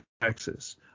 Texas